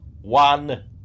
one